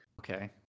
Okay